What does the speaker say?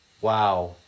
Wow